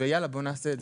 יאללה בוא נעשה את זה.